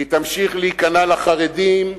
והיא תמשיך להיכנע לחרדים,